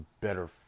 better